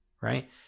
right